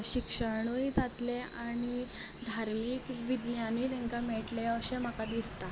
शिक्षणूय जातलें आनी धार्मीक विज्ञानूय तांकां मेळटलें अशें म्हाका दिसता